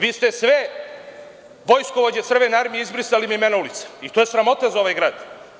Vi ste sve vojskovođe Crvene armije izbrisali, i imena ulica i to je sramota za ovaj grad.